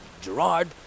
Gerard